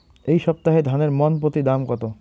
এই সপ্তাহে ধানের মন প্রতি দাম কত?